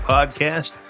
Podcast